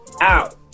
out